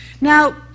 Now